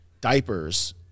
diapers